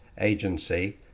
agency